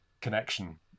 connection